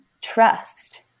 trust